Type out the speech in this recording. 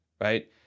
right